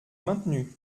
maintenu